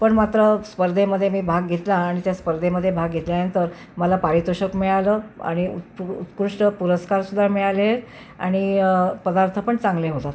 पण मात्र स्पर्धेमध्ये मी भाग घेतला आणि त्या स्पर्धेमध्ये भाग घेतल्यानंतर मला पारितोषक मिळालं आणि पु उत्कृष्ट पुरस्कारसुद्धा मिळाले आणि पदार्थ पण चांगले होतात